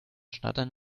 schnattern